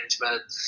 management